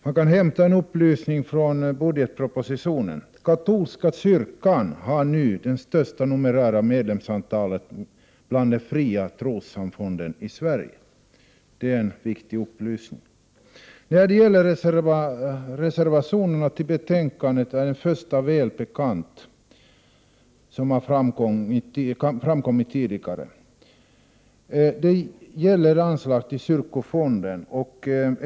Man kan hämta en upplysning från budgetpropositionen: Katolska kyrkan har nu den största numerären medlemmar bland de fria trossamfunden i Sverige. Det är en viktig upplysning. När det gäller reservationerna till betänkandet är den första välbekant från tidigare år. Den handlar om anslag till kyrkofonden.